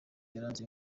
yaranze